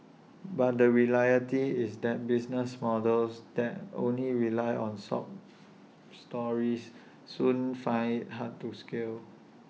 but the reality is that business models that only rely on sob stories soon find IT hard to scale